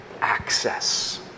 access